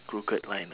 crooked line ah